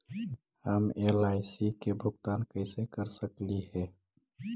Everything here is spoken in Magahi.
हम एल.आई.सी के भुगतान कैसे कर सकली हे?